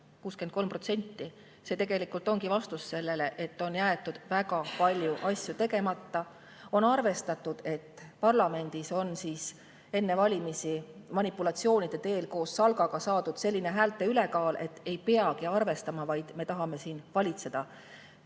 63%. See tegelikult ongi vastus sellele, et on jäetud väga palju asju tegemata. On arvestatud, et parlamendis on enne valimisi manipulatsioonide teel koos SALK-iga saadud selline häälte ülekaal, et ei peagi arvestama, vaid me tahame valitseda,